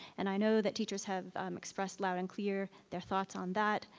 and i know that teachers have expressed loud and clear their thoughts on that.